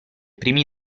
primi